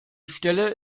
stelle